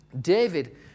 David